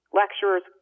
lecturers